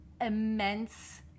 immense